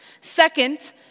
Second